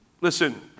listen